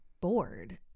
bored